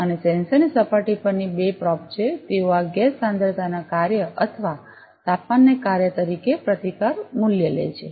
અને સેન્સરની સપાટી પરની બે પ્રોબ છે તેઓ આ ગેસ સાંદ્રતાના કાર્ય અથવા તાપમાનના કાર્ય તરીકે પ્રતિકાર મૂલ્ય લે છે